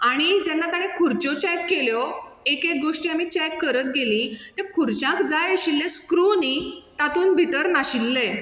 आनी जेन्ना ताणें खुर्च्यो चॅक केल्यो एक एक गोश्टी आमी चॅक करत गेलीं त्या खुर्च्याक जाय आशिल्ले स्क्रू न्ही तातूंत भितर नाशिल्ले